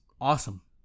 awesome